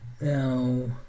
Now